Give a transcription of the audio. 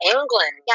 England